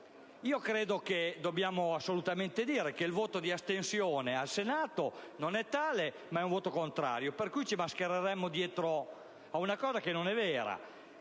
e onesti: dobbiamo assolutamente dire che il voto di astensione in Senato non è tale, ma è un voto contrario, per cui ci si sta mascherando dietro una cosa che non è vera.